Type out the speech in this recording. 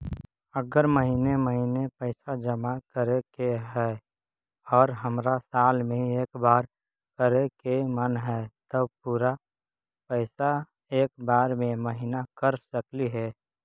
अगर महिने महिने पैसा जमा करे के है और हमरा साल में एक बार करे के मन हैं तब पुरा पैसा एक बार में महिना कर सकली हे?